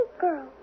girl